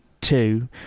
Two